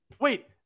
wait